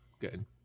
good